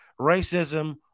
racism